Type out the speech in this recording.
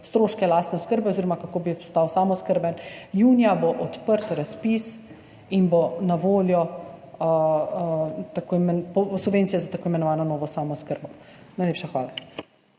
stroške lastne oskrbe oziroma kako bi postal samooskrben. Junija bo odprt razpis in bodo na voljo subvencije za tako imenovano novo samooskrbo. Najlepša hvala.